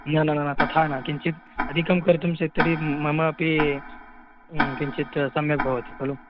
न न न न तथा न किञ्चिद् अधिकं कर्तुं चेत् तरदहि ममापि किञ्चित् सम्यक् भवति खलु